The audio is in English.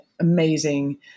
amazing